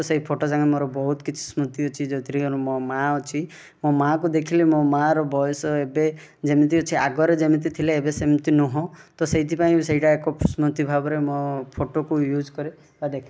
ତ ସେଇ ଫଟୋ ସାଙ୍ଗେ ମୋର ବହୁତ କିଛି ସ୍ମୃତି ଅଛି ଯେଉଁଥିରେ କି ମୋ ମା ଅଛି ମୋ ମା କୁ ଦେଖିଲେ ମୋ ମା ର ବୟସ ଏବେ ଯେମିତି ଅଛି ଆଗରେ ଯେମିତି ଥିଲେ ଏବେ ସେମିତି ନୁହଁ ତ ସେଇଥିପାଇଁ ସେଇଟା ଏକ ସ୍ମୃତି ଭାବରେ ମୋ ଫଟୋକୁ ୟୁଜ୍ କରେ ବା ଦେଖେ